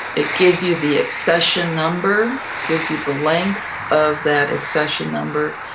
it gives you the accession number, gives you the length of that accession number,